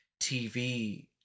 TV